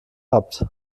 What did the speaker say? habt